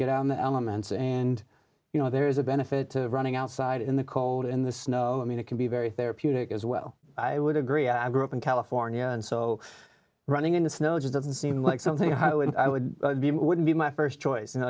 out on the elements and you know there is a benefit to running outside in the cold in the snow i mean it can be very therapeutic as well i would agree i grew up in california and so running in the snow just doesn't seem like something i would i would be it wouldn't be my st choice